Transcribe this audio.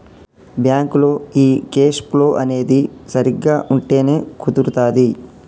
బ్యాంకులో ఈ cash flow అనేది సరిగ్గా ఉంటేనే కుదురుతాది